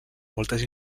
moltes